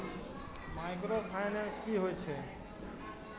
Micro finance कि होई छै?